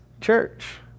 church